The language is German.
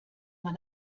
man